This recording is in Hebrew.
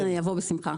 אבוא בשמחה.